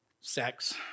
sex